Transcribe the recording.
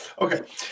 Okay